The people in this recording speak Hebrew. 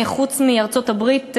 חוץ מארצות-הברית,